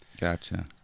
Gotcha